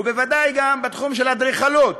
ודאי גם בתחום האדריכלות.